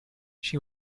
she